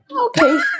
okay